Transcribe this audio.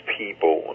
people